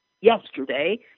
yesterday